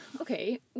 okay